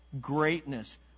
greatness